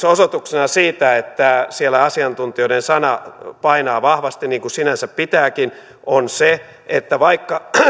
osoituksena siitä että siellä asiantuntijoiden sana painaa vahvasti niin kuin sinänsä pitääkin on se että vaikka